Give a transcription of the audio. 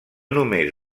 només